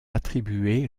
attribué